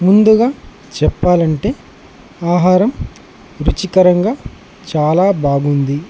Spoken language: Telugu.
ముందుగా చెప్పాలంటే ఆహారం రుచికరంగా చాలా బాగుంది